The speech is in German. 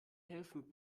helfen